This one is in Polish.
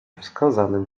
wskazanym